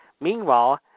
Meanwhile